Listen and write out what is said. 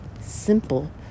simple